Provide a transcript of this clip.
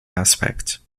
aspect